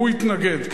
והוא יתנגד?